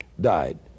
died